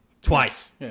Twice